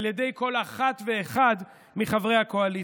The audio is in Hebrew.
על ידי כל אחת ואחד מחברי הקואליציה.